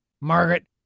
Margaret